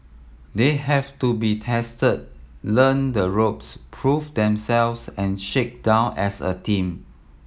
they have to be tested learn the ropes prove themselves and shake down as a team